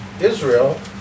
Israel